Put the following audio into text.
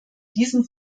diesem